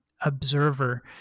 observer